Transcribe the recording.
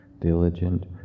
Diligent